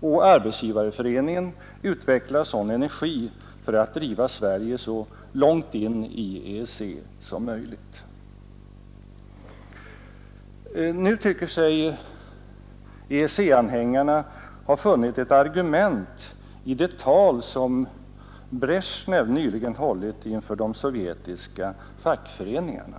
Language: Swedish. och Arbetsgivareföreningen utvecklar sådan energi för att driva Sverige så långt in i EEC som möjligt. Nu tycker sig EEC-anhängarna ha funnit ett argument i det tal som Bresjnev nyligen hållit inför de sovjetiska fackföreningarna.